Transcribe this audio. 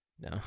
No